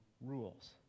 rules